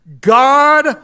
God